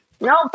no